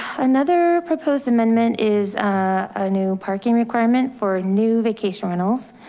another proposed amendment is a new parking requirement for new vacation rentals.